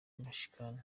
michigan